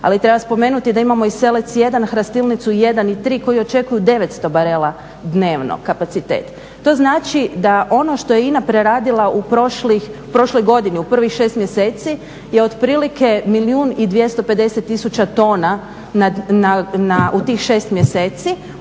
Ali treba spomenuti da imamo i Selec 1, Hrastilnicu 1 i 3 koji očekuju 900 barela dnevno kapacitet. To znači da ono što je INA preradila u prošlog godini u prvih 6 mjeseci je otprilike milijun i 250 tisuća tona u tih 6 mjeseci